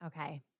Okay